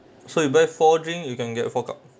so you buy four drink you can get four cup